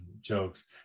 jokes